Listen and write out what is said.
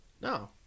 No